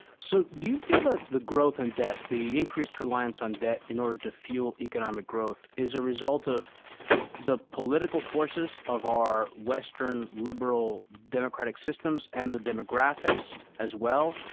so, do you feel that the growth in and debt, the increased reliance on debt in order to fuel economic growth is a result of the political forces of our western liberal democratic systems and the demographics as well?